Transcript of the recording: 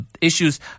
issues